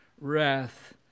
Wrath